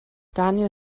daniel